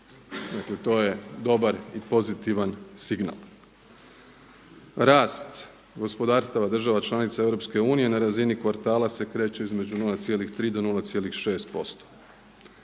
Dakle to je dobar i pozitivan signal. Rast gospodarstava država članica EU na razini kvartala se kreće između 0,3 do 0,6%.